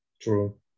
True